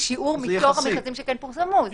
שיעור מתוך המכרזים שכן פורסמו.